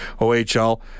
OHL